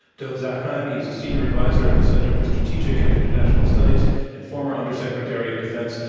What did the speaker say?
dov zakheim. he is the senior advisor at the center for strategic and international studies and former under-secretary of defense.